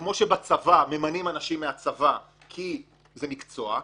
וכמו שבצבא ממנים אנשים מהצבא כי זה מקצוע,